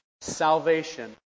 salvation